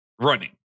Running